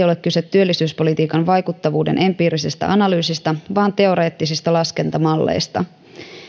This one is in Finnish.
ole kyse työllisyyspolitiikan vaikuttavuuden empiirisestä analyysistä vaan teoreettisista laskentamalleista